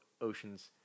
oceans